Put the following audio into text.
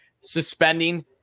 suspending –